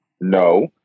No